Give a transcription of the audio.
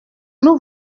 nous